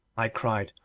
i cried,